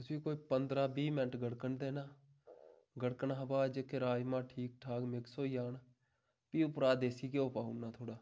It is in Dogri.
उसी कोई पंदरां बीह् मैंट्ट गड़कन देना गड़कन हा बाद जेह्के राज़मा ठीक ठाक मिक्स होई जान फ्ही उप्परा देसी घ्यो पाई उड़ना थोह्ड़ा